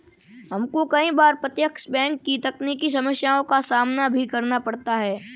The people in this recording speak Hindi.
हमको कई बार प्रत्यक्ष बैंक में तकनीकी समस्याओं का सामना भी करना पड़ता है